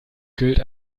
gilt